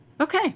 Okay